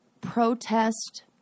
protest